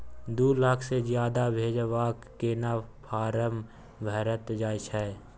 दू लाख से ज्यादा भेजबाक केना फारम भरल जाए छै?